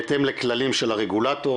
בהתאם לכללים של הרגולטור,